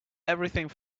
everything